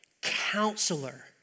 Counselor